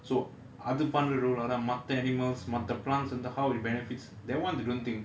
so அது பண்ற:athu pandra role விட மத்த:vida matha animals மத்த:matha how it benefits that [one] they don't think